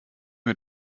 mir